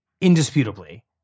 indisputably